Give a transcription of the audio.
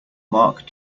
mark